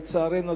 לצערנו,